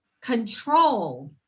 control